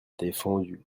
défendus